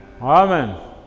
Amen